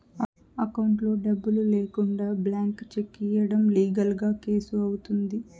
అకౌంట్లో డబ్బులు లేకుండా బ్లాంక్ చెక్ ఇయ్యడం లీగల్ గా కేసు అవుతుంది